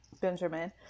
Benjamin